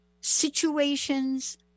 situations